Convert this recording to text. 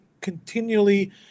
continually